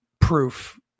proof